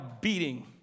beating